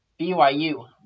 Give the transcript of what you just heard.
BYU